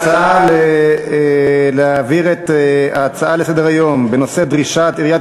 ההצעה להעביר את ההצעות לסדר-היום בנושא דרישת עיריית